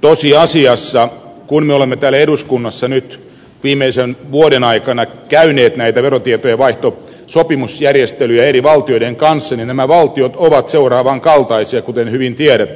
tosiasiassa kun me olemme täällä eduskunnassa nyt viimeisen vuoden aikana käyneet näitä verotietojen vaihtosopimusjärjestelyjä eri valtioiden kanssa nämä valtiot ovat seuraavan kaltaisia kuten hyvin tiedätte